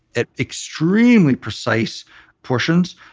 at extremely precise portions.